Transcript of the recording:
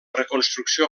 reconstrucció